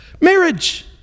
Marriage